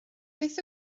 beth